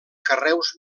carreus